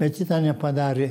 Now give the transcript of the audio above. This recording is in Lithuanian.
bet ji to nepadarė